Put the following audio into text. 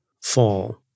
fall